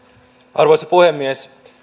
arvoisa puhemies